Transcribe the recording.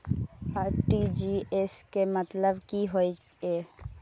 RTGS के मतलब की होय ये?